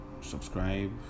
subscribe